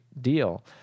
deal